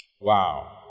Wow